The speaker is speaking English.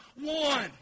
one